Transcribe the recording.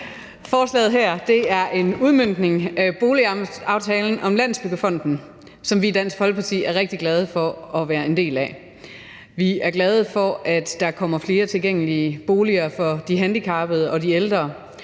Forslaget her er en udmøntning af boligaftalen om Landsbyggefonden, som vi i Dansk Folkeparti er rigtig glade for at være en del af. Vi er glade for, at der kommer flere tilgængelige boliger for de handicappede og de ældre,